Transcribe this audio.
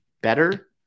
better